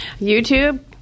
YouTube